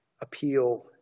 appeal